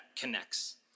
connects